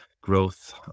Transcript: growth